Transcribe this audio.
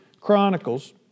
Chronicles